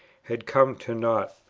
had come to nought.